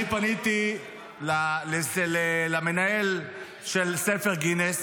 אני פניתי למנהל של ספר גינס,